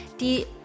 die